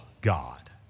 God